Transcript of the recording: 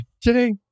today